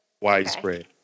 widespread